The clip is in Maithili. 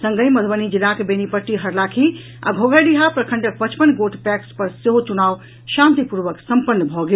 संगहि मधुबनी जिलाक बेनीपट्टी हरलाखी आ घोघरडीहा प्रखंड पचपन गोट पैक्स पर सेहो चुनाव शांतिपूर्वक संपन्न भऽ गेल